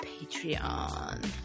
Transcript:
patreon